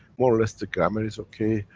more or less, the grammar is okay,